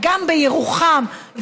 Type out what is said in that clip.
אגם בירוחם,